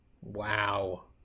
Wow